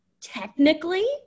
technically